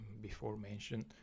before-mentioned